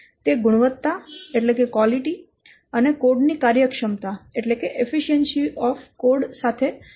તે ગુણવત્તા અને કોડ ની કાર્યક્ષમતા સાથે ખૂબ જ નબળી રીતે સુસંગત છે